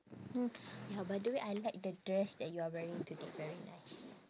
mm ya by the way I like the dress that you're wearing today very nice